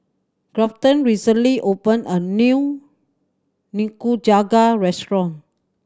Grafton recently opened a new Nikujaga restaurant